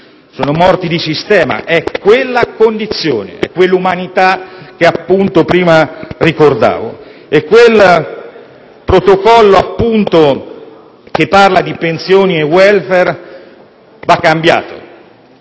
sono vittime del sistema, è quella condizione, è quella umanità che appunto prima ricordavo. Quel protocollo che parla di pensioni e *welfare* va cambiato.